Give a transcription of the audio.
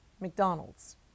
mcdonald's